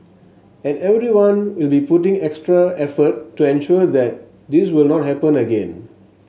and everyone will be putting extra effort to ensure that this will not happen again